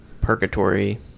purgatory